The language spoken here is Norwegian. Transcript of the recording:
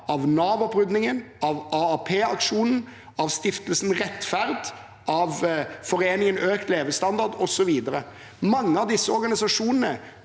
av Nav-oppryddingen, av AAP-aksjonen, av Stiftelsen Rettferd, av foreningen For økt levestandard osv. Mange av disse organisasjonene